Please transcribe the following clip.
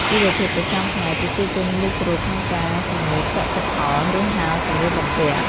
ជីវភាពប្រចាំថ្ងៃ ប្រជាជនងាយស្រួលក្នុងការសម្ងួតកសិផល ឬហាលសម្លៀកបំពាក់។